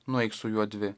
nueik su juo dvi